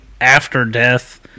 after-death